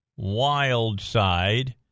Wildside